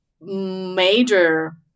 major